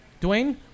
Dwayne